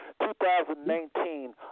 2019